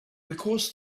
because